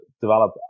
develop